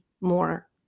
more